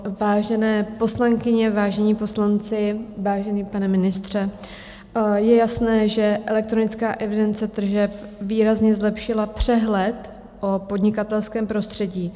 Vážené poslankyně, vážení poslanci, vážený pane ministře, je jasné, že elektronická evidence tržeb výrazně zlepšila přehled o podnikatelském prostředí.